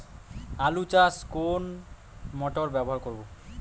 আলু চাষে কোন মোটর ব্যবহার করব?